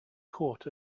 court